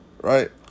right